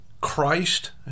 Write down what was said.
Christ